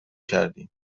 کردیم